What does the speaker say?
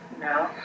No